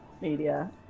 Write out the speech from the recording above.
media